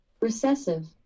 Recessive